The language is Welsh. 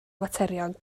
materion